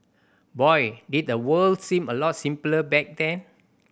boy did the world seem a lot simpler back then